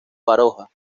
baroja